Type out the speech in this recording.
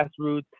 grassroots